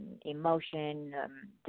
emotion